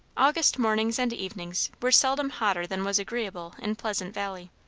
august mornings and evenings were seldom hotter than was agreeable in pleasant valley.